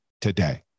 today